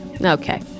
Okay